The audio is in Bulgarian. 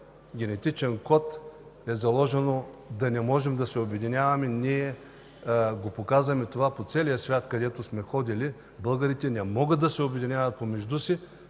генетичен код е заложено да не можем да се обединяваме. Ние показваме това по целия свят, където сме ходили. Българите не могат да се обединяват помежду си.